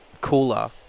cooler